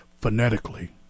Phonetically